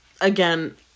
again